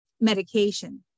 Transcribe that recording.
medication